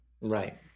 Right